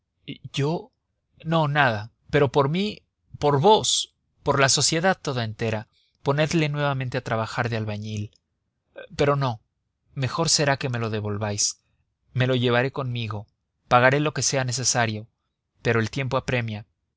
yo no nada pero por mí por vos por la sociedad toda entera ponedle nuevamente a trabajar de albañil pero no mejor será que me lo devolváis me lo llevaré conmigo pagaré lo que sea necesario pero el tiempo apremia